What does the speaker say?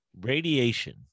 radiation